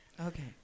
okay